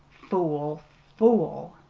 fool fool!